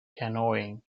canoeing